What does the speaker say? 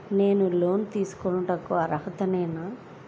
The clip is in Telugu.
నేను లోన్ తీసుకొనుటకు అర్హుడనేన?